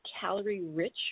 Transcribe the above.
calorie-rich